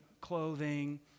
clothing